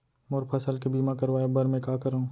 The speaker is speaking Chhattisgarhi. मोर फसल के बीमा करवाये बर में का करंव?